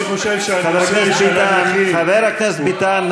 אני חושב שהנושא של הנכים, חבר הכנסת ביטן.